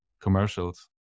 commercials